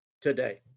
today